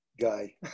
guy